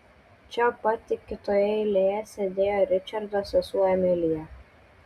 čia pat tik kitoje eilėje sėdėjo ričardo sesuo emilija